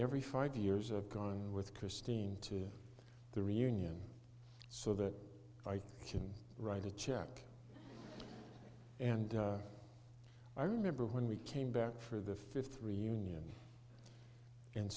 every five years i've gone with christine to the reunion so that i can write a check and i remember when we came back for the fifth reunion and